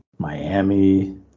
Miami